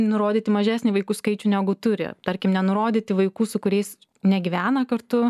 nurodyti mažesnį vaikų skaičių negu turi tarkim nenurodyti vaikų su kuriais negyvena kartu